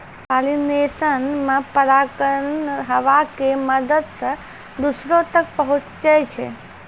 pollination मे परागकण हवा के मदत से दोसरो तक पहुचै छै